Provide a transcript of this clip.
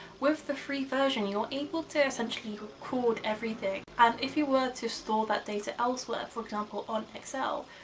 with the free version you're able to essentially record everything. and if you were to store that data elsewhere for example on excel,